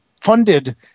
funded